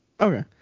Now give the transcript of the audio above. Okay